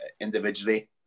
individually